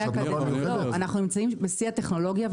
היום אנחנו נמצאים בשיא הטכנולוגיה,